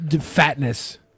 fatness